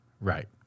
Right